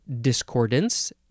discordance